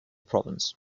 province